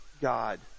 God